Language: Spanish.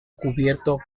cubierto